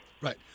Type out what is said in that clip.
Right